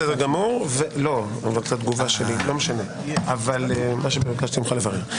לא ייתכן שתיתן לחברי האופוזיציה לדבר...